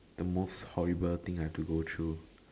the most horrible thing I have to go through